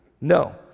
No